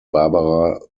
barbara